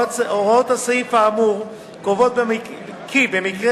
הוראות הסעיף האמור קובעות כי במקרה